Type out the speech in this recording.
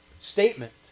statement